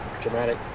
dramatic